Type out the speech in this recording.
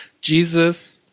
Jesus